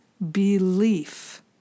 Belief